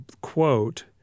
quote